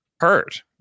hurt